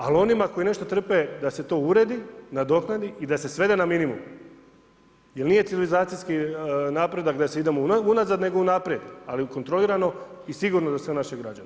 Ali onima koji nešto trpe da se to uredi, nadoknadi i da se svede na minimum jer nije civilizacijski napredak da se ide unazad nego unaprijed, ali kontrolirano i sigurno za sve naše građane.